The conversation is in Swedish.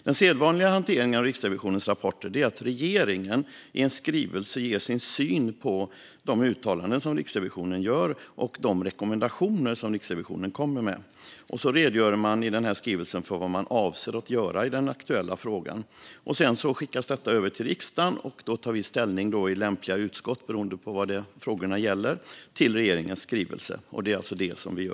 Den sedvanliga hanteringen av Riksrevisionens rapporter är att regeringen i en skrivelse ger sin syn på Riksrevisionens uttalanden och rekommendationer. Sedan redogör man i denna skrivelse för vad man avser att göra i den aktuella frågan. Sedan skickas detta över till riksdagen, och då tar vi ställning i lämpliga utskott beroende på vad frågorna gäller till regeringens skrivelse. Och det är alltså detta som vi gör i dag.